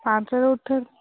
ପାଞ୍ଚହଜାର ଉଠ